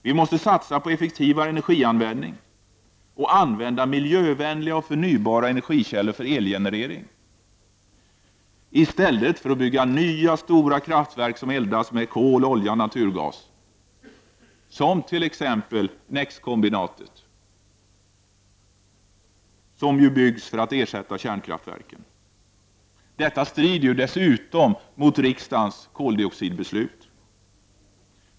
Vi måste satsa på effektivare energianvändning och använda miljövänliga och förnybara energikällor för elgenerering, i stället för att bygga nya stora kraftverk som eldas med kol, olja och naturgas, som NEX-kombinatet, vilket byggs för att ersätta kärnkraftverken. Detta strider dessutom mot riksdagens koldioxidbeslut.